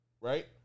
right